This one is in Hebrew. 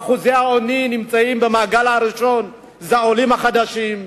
באחוזי העוני נמצאים במעגל הראשון העולים החדשים,